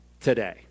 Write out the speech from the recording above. today